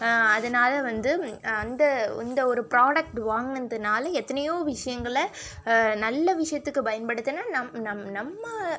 அதனால் வந்து அந்த இந்த ஒரு ப்ராடக்ட் வாங்குனதுனால் எத்தனையோ விஷயங்கள நல்ல விஷயத்துக்கு பயன்படுத்துனால்